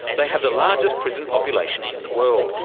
they have the largest prison population in the world,